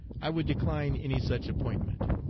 i would decline any such appointment.